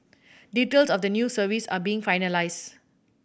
details of the new service are being finalised